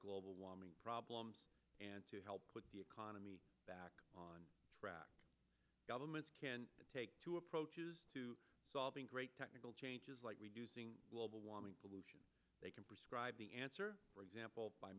global warming problems and to help put the economy back on track governments can take two approaches to solving great technical changes like reducing global warming pollution they can prescribe the answer for example by